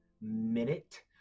minute